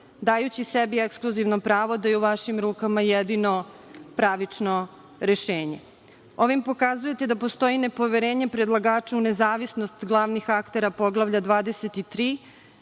dajući sebi ekskluzivno pravo da je u vašim rukama jedino pravično rešenje. Ovim pokazujete da postoji nepoverenje predlagača u nezavisnost glavnih aktera Poglavlja 23.